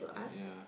yeah